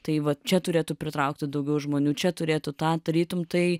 tai vat čia turėtų pritraukti daugiau žmonių čia turėtų tą tarytum tai